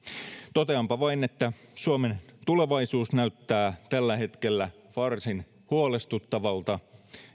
toteanpa vain että suomen tulevaisuus näyttää tällä hetkellä varsin huolestuttavalta